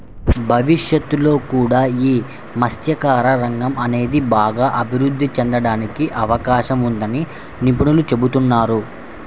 భవిష్యత్తులో కూడా యీ మత్స్యకార రంగం అనేది బాగా అభిరుద్ధి చెందడానికి అవకాశం ఉందని నిపుణులు చెబుతున్నారు